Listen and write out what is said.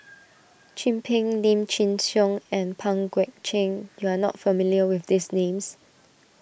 Chin Peng Lim Chin Siong and Pang Guek Cheng you are not familiar with these names